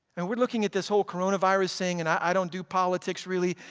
and we're looking at this whole coronavirus saying, and i don't do politics really,